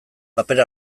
paper